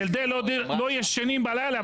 ילדי לוד לא ישנים בלילה,